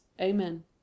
amen